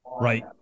Right